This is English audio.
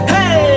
Hey